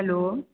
hello